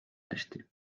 hästi